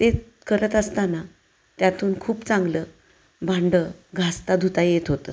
ते करत असताना त्यातून खूप चांगलं भांडं घासता धुता येत होतं